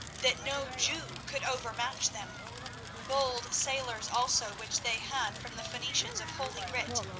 that no jew could overmatch them bold sailors, also, which they had from the phoenicians of holy writ,